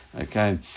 Okay